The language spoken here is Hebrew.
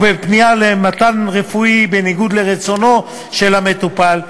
או בפנייה למתן טיפול רפואי בניגוד לרצונו של המטופל,